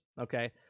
Okay